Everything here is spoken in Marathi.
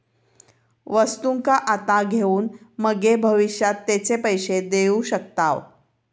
वस्तुंका आता घेऊन मगे भविष्यात तेचे पैशे देऊ शकताव